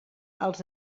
els